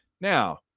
Now